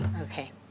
Okay